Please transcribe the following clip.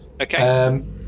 Okay